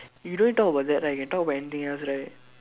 you don't want to talk about that right you can talk about anything else right